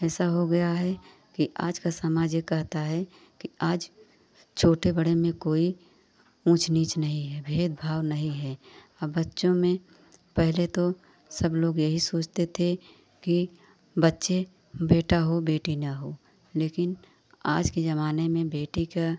ऐसा हो गया है कि आज का समाज यह कहता है कि आज छोटे बड़े में कोई ऊँच नीच नहीं है भेदभाव नहीं है अब बच्चों में पहले तो सब लोग यही सोचते थे कि बच्चे बेटा हो बेटी ना हो लेकिन आज के ज़माने में बेटी का